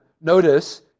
notice